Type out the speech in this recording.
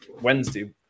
Wednesday